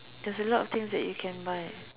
there's a lot of things that you can buy